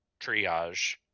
triage